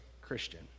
Christian